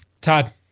Todd